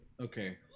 Okay